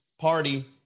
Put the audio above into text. Party